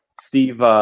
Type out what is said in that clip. Steve